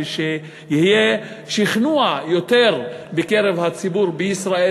ושיהיה יותר שכנוע בקרב הציבור בישראל